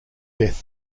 death